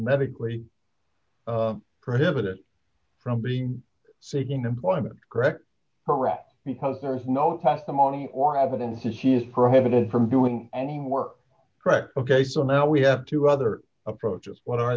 medically prohibited from being seeking employment correct correct because there is no testimony or evidence that she is prohibited from doing any work correct ok so now we have two other approaches what are